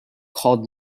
called